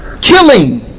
Killing